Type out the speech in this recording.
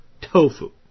tofu